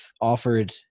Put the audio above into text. offered